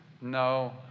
No